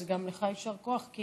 אז גם לך יישר כוח, כי